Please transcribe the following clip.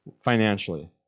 financially